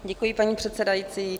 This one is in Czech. Děkuji, paní předsedající.